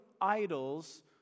idols